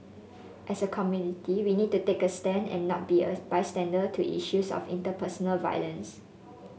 as a community we need to take a stand and not be a bystander to issues of interpersonal violence